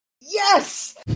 Yes